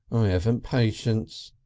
i aven't patience.